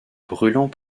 brûlant